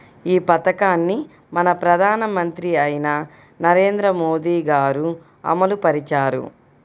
ఈ పథకాన్ని మన ప్రధానమంత్రి అయిన నరేంద్ర మోదీ గారు అమలు పరిచారు